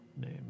name